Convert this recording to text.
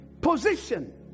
position